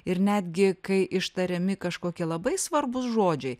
ir netgi kai ištariami kažkokie labai svarbūs žodžiai